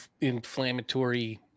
inflammatory